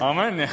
Amen